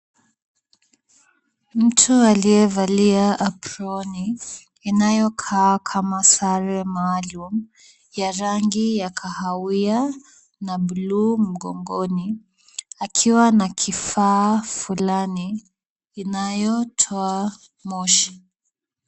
Mtu aliyevalia aproni, inayokaa kama sare maluum, ya rangi ya kahawia na blue mgongoni, akiwa na kifaa fulani, inayotoa moshi.